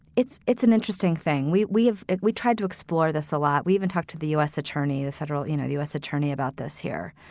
it's it's an interesting thing we we have. we tried to explore this a lot. we even talked to the u s. attorney, the federal you know u s. attorney about this here.